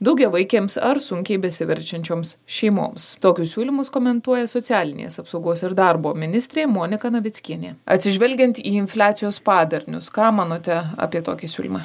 daugiavaikėms ar sunkiai besiverčiančioms šeimoms tokius siūlymus komentuoja socialinės apsaugos ir darbo ministrė monika navickienė atsižvelgiant į infliacijos padarinius ką manote apie tokį siūlymą